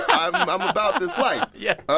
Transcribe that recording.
um i'm about this life yeah